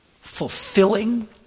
fulfilling